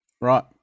Right